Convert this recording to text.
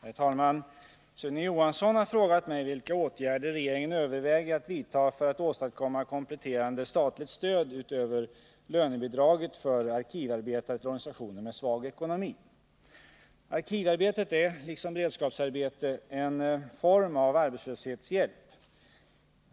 Herr talman! Sune Johansson har frågat mig vilka åtgärder regeringen överväger att vidta för att åstadkomma kompletterande statligt stöd utöver lönebidraget för arkivarbetare till organisationer med svag ekonomi. Arkivarbetet är, liksom beredskapsarbete, en form av arbetslöshetshjälp.